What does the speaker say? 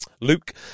Luke